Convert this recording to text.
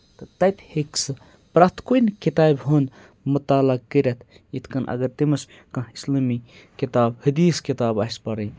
تَتہِ ہیٚکہِ سُہ پرٛٮ۪تھ کُنہِ کِتابہِ ہُنٛد مُطالعہ کٔرِتھ یِتھ کٔنۍ اگر تٔمِس کانٛہہ اِسلٲمی کِتاب حدیٖث کِتاب آسہِ پَرٕنۍ